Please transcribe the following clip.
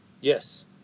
Yes